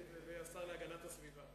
חבר הכנסת אריאל,